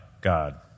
God